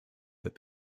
that